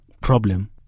problem